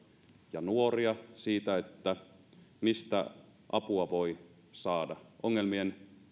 ja nuoria siitä mistä apua voi saada ongelmien